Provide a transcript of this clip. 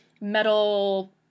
metal